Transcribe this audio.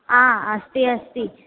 आ अस्ति अस्ति